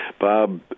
Bob